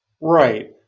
Right